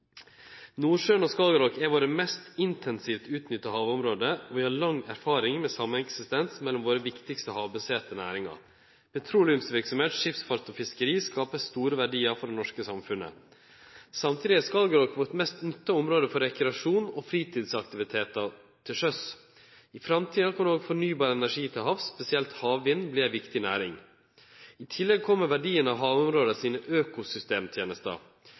Nordsjøen og Skagerrak er våre mest intensivt utnytta havområde, og vi har lang erfaring med sameksistens mellom våre viktigaste havbaserte næringar. Petroleumsverksemd, skipsfart og fiskeri skaper store verdiar for det norske samfunnet. Samtidig er Skagerrak vårt mest nytta område for rekreasjon og fritidsaktivitetar til sjøs. I framtida kan òg fornybar energi til havs, spesielt havvind, verte ei viktig næring. I tillegg kjem verdien av havområda sine økosystemtenester. Det er fleire tenester